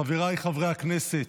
חבריי חברי הכנסת,